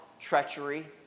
treachery